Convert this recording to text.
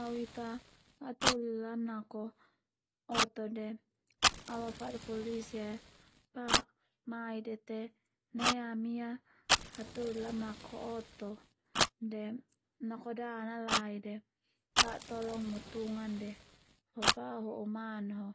Au ita hatoli lamnako oto de au afada polisi ae pak mai de te nai ami ia hatoli lamnako oto de nakoda nalai de pak tolong mu tungan de de ho pak ho'u man ho